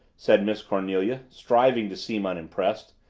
said miss cornelia, striving to seem unimpressed.